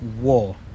War